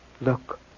Look